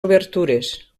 obertures